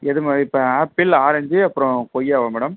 எது இப்போ apple orange அப்புறம் கொய்யாவா மேடம்